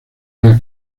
una